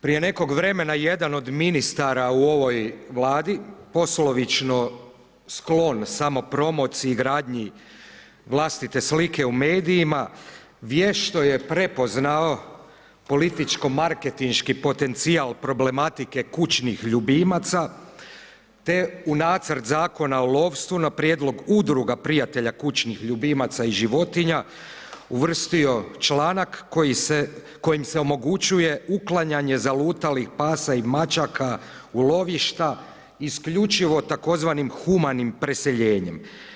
Prije nekog vremena, jedan od ministara u ovoj Vladi, poslovično sklon samopromociji i gradnji vlastite slike u medijima, vješto je prepoznao političko-marketinški potencijal problematike ključnih ljubimaca te u nacrt Zakona o lovstvu na prijedlog Udruga prijatelja kućnih ljubimaca i životinja, uvrstio članak kojim se omogućuje uklanjanje zalutalih pasa i mačaka u lovišta isključivo tzv. humanim preseljenjem.